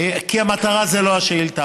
כי המטרה זה לא השאילתה,